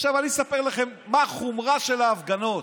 עכשיו אני אספר לכם מה החומרה של ההפגנות.